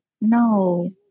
No